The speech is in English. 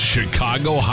Chicago